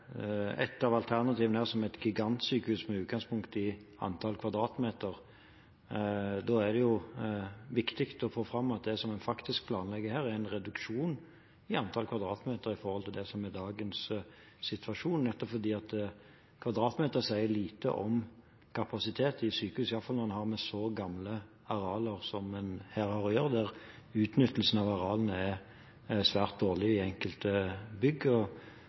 et av alternativene her som et gigantsykehus, med utgangspunkt i antall kvadratmeter. Da er det viktig å få fram at det som en faktisk planlegger her, er en reduksjon i antall kvadratmeter i forhold til det som er dagens situasjon, nettopp fordi kvadratmeter sier lite om kapasitet i sykehus, i alle fall når man har å gjøre med så gamle arealer som en her har, der utnyttelsen av arealene er svært dårlig i enkelte bygg,